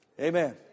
Amen